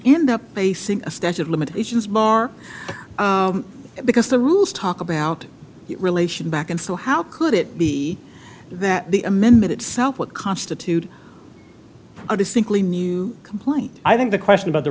end up facing a statue of limitations bar because the rules talk about relation back and so how could it be that the amendment itself would constitute a distinctly new complaint i think the question about the